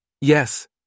Yes